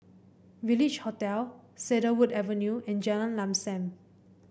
Village Hotel Cedarwood Avenue and Jalan Lam Sam